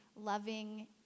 loving